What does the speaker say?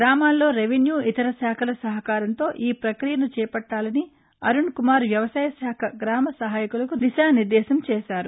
గ్రామాల్లో రెవెన్యూ ఇతర శాఖల సహకారంతో ఈ ప్రక్రియను చేపట్టాలని అరుణ్కుమార్ వ్యవసాయ శాఖ గామ సహాయకులకు దిశా నిర్దేశం చేశారు